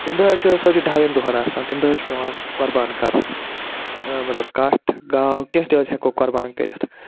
تَمہِ دوہ حظ چھِ سُہ حظ چھِ ڈایَن دۄہَن آسان تَمہِ دۄہ حظ چھِ پٮ۪وان قربان کَرُن مطلب کَٹھ گاو کیٚنٛہہ تہِ حظ ہٮ۪کَو قربان کٔرِتھ